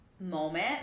moment